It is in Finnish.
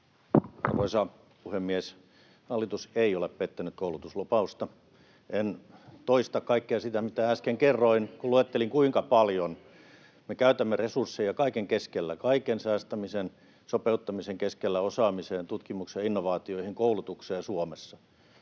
Arvoisa puhemies! Hallitus ei ole pettänyt koulutuslupausta. En toista kaikkea sitä, mitä äsken kerroin, kun luettelin, kuinka paljon me käytämme resursseja kaiken keskellä — kaiken säästämisen, sopeuttamisen keskellä — osaamiseen, tutkimukseen ja innovaatioihin, koulutukseen Suomessa.